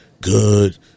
good